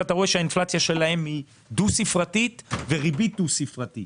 ואתה רואה שהאינפלציה שלהם היא דו-ספרתית וריבית דו-ספרתית,